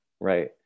Right